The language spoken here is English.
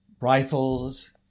rifles